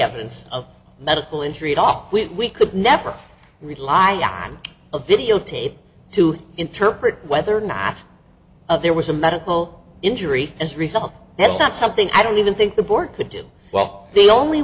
evidence of medical injury off with we could never rely on a videotape to interpret whether or not there was a medical injury as a result that is not something i don't even think the board could do well the only